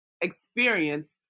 experience